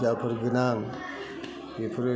जाफोर गोनां बेफोरो